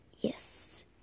Yes